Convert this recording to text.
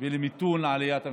ולמיתון עליית המחירים.